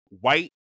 white